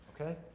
okay